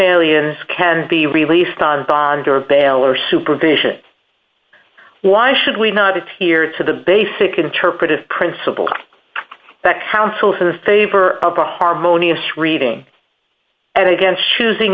aliens can be released on bond or balor supervision why should we not adhere to the basic interpretive principle that councils in the favor of a harmonious reading and again choosing